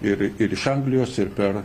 ir ir iš anglijos ir per